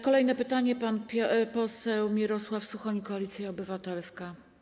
Kolejne pytanie, pan poseł Mirosław Suchoń, Koalicja Obywatelska.